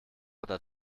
oder